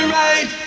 right